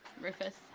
Rufus